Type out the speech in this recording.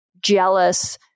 jealous